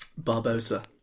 Barbosa